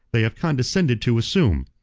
they have condescended to assume.